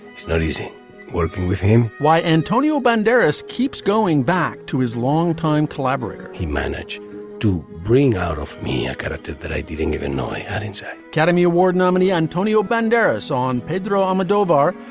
it's not easy working with him why? antonio banderas keeps going back to his longtime collaborator he managed to bring out of me a kind of character that i didn't even know i had inside academy award nominee antonio banderas on pedro almodovar.